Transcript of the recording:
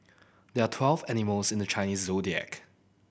there are twelve animals in the Chinese Zodiac